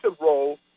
role